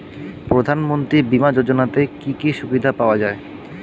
প্রধানমন্ত্রী বিমা যোজনাতে কি কি সুবিধা পাওয়া যায়?